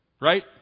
Right